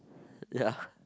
ya